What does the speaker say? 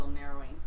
narrowing